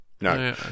No